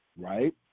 Right